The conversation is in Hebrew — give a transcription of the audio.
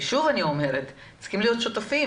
ושוב אני אומרת, צריכים להיות שותפים.